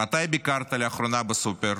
מתי ביקרת לאחרונה בסופר?